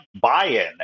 buy-in